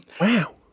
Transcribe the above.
Wow